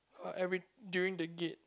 uh every during the gait